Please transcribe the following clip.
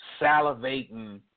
salivating